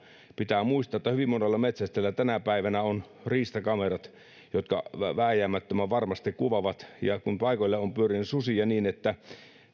pitää muistaa että hyvin monella metsästäjällä tänä päivänä on riistakamerat jotka vääjäämättömän varmasti kuvaavat ja näillä paikoilla on pyörinyt susia niin että